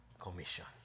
commission